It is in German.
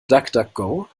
duckduckgo